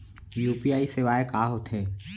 UPI सेवाएं का होथे